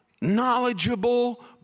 knowledgeable